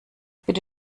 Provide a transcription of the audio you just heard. bitte